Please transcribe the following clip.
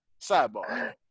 Sidebar